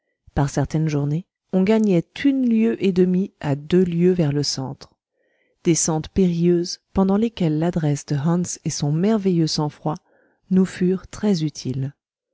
par certaines journées on gagnait une lieue et demie à deux lieues vers le centre descentes périlleuses pendant lesquelles l'adresse de hans et son merveilleux sang-froid nous furent très utiles